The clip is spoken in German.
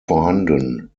vorhanden